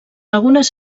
algunes